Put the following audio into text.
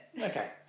okay